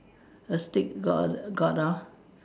A stick got got hor